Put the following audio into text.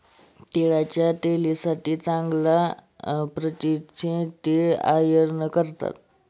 तिळाच्या तेलासाठी चांगल्या प्रतीचे तीळ आयात करा